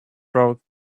throat